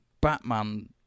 Batman